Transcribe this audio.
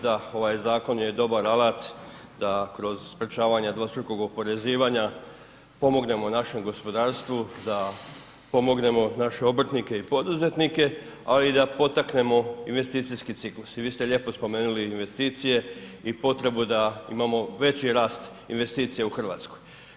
Da, ovaj zakon je dobar alat da kroz sprječavanje dvostrukog oporezivanja pomognemo našem gospodarstvu, da pomognemo naše obrtnike i poduzetnike, ali i da potaknemo investicijski ciklus i vi ste lijepo spomenuli investicije i potrebu da imamo veći rast investicija u Hrvatskoj.